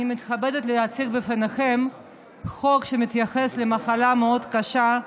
אני מתכבדת להציג בפניכם חוק שמתייחס למחלה מאוד קשה,